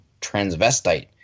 transvestite